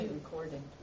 recording